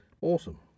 awesome